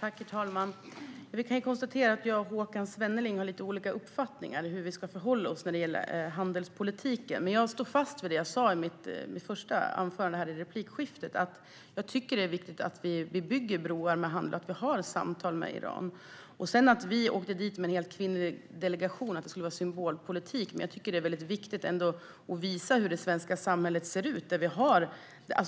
Herr talman! Jag kan konstatera att jag och Håkan Svenneling har lite olika uppfattningar om hur vi ska förhålla oss när det gäller handelspolitiken. Men jag står fast vid det som jag sa i min första replik, nämligen att jag tycker att det är viktigt att vi bygger broar genom handel och att vi har samtal med Iran. Man kan tycka att det var symbolpolitik att vi åkte till Iran med en helt kvinnlig delegation. Men jag tycker ändå att det är mycket viktigt att visa hur det svenska samhället ser ut.